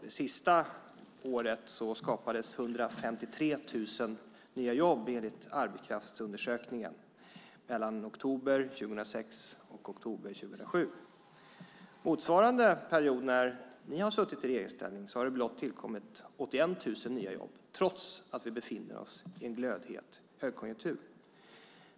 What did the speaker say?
Det sista året skapades 153 000 nya jobb enligt arbetskraftsundersökningen - mellan oktober 2005 och oktober 2006. Motsvarande period när ni har suttit i regeringsställning har det blott tillkommit 81 000 nya jobb trots att vi befinner oss i en glödhet högkonjunktur.